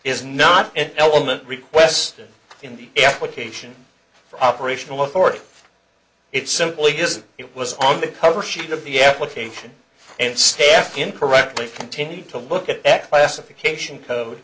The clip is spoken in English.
is not an element requested in the application for operational authority it simply is that it was on the cover sheet of the application and staff incorrectly continued to look at ect classification code